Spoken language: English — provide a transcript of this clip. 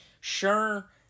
Sure